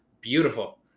beautiful